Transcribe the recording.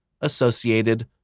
associated